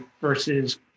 versus